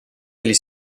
degli